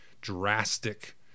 drastic